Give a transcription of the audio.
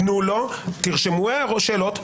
תרשמו שאלות.